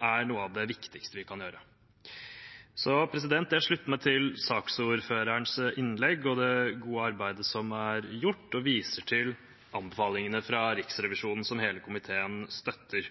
er noe av det viktigste vi kan gi. Jeg slutter meg til saksordførerens innlegg og det gode arbeidet som er gjort, og viser til anbefalingene fra Riksrevisjonen, som hele komiteen støtter.